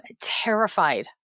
terrified